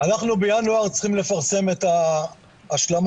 אנחנו בינואר צריכים לפרסם את ההשלמות,